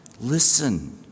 Listen